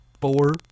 four